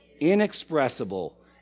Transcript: inexpressible